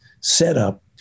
setup